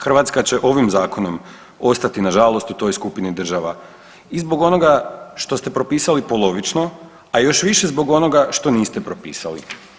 Hrvatska će ovim Zakonom ostati nažalost u toj skupini država i zbog onoga što ste propisali polovično, a još više zbog onoga što niste propisali.